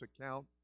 account